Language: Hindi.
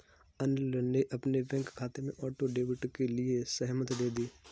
अनिल ने अपने बैंक खाते में ऑटो डेबिट के लिए सहमति दे दी